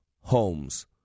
homes